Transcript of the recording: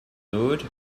node